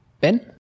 Ben